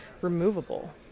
removable